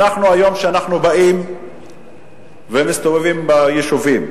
היום, כשאנחנו באים ומסתובבים ביישובים,